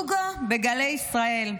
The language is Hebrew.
ישראל,